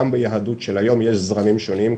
גם ביהדות של היום יש זרמים שונים,